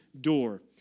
door